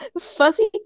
Fuzzy